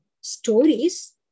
stories